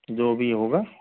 जो भी होगा